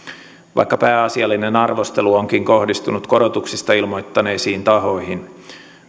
vaikka pääasiallinen arvostelu onkin kohdistunut korotuksista ilmoittaneisiin tahoihin